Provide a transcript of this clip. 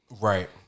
Right